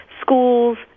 schools